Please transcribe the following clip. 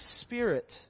Spirit